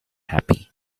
happy